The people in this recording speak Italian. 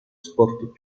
sport